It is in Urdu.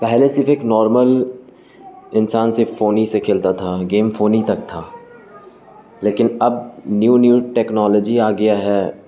پہلے صرف ایک نارمل انسان صرف فوننی ہی سے کھیلتا تھا گیم فونی ہی تک تھا لیکن اب نیو نیو ٹیکنالوجی آ گیا ہے